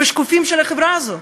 בשקופים של החברה הזאת?